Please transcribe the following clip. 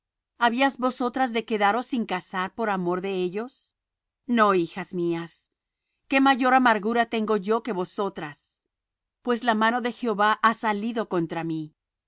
habías vosotras de quedaros sin casar por amor de ellos no hijas mías que mayor amargura tengo yo que vosotras pues la mano de jehová ha salido contra mí